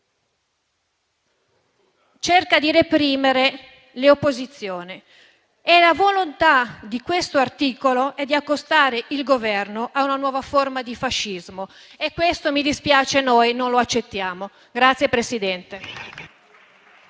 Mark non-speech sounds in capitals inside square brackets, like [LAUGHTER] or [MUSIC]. cerca di reprimere le opposizioni. E la volontà di questo articolo è di accostare il Governo a una nuova forma di fascismo e questo - mi dispiace - noi non lo accettiamo. [APPLAUSE]